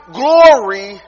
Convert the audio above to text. glory